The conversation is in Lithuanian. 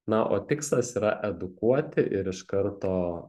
na o tikslas yra edukuoti ir iš karto